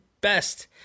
best